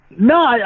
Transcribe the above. No